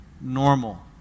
normal